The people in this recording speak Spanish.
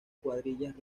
cuadrillas